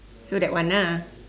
so that one lah